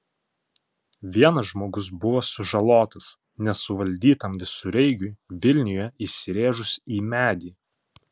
vienas žmogus buvo sužalotas nesuvaldytam visureigiui vilniuje įsirėžus į medį